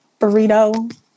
burrito